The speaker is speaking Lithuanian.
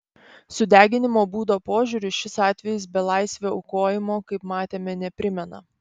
sudeginimo būdo požiūriu šis atvejis belaisvio aukojimo kaip matėme neprimena